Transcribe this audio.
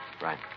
Right